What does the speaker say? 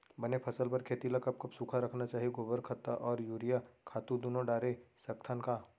बने फसल बर खेती ल कब कब सूखा रखना चाही, गोबर खत्ता और यूरिया खातू दूनो डारे सकथन का?